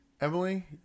Emily